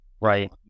right